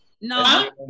No